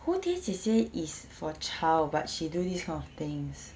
蝴蝶姐姐 is for child but she do this kind of things